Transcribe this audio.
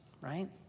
right